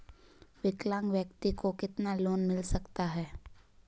विकलांग व्यक्ति को कितना लोंन मिल सकता है?